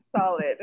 Solid